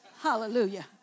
Hallelujah